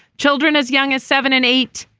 children as young as seven and eight.